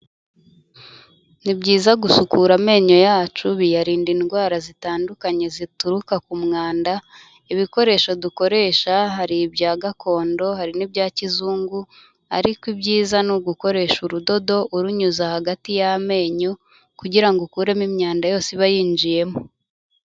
Ni byiza gusukura amenyo yacu biyarinda indwara zitandukanye zituruka ku mwanda, ibikoresho dukoresha hari ibya gakondo hari n'ibya kizungu, ariko ibyiza ni ugukoresha urudodo urunyuza hagati y'amenyo kugira ngo ukuremo imyanda yose iba yinjiyemo.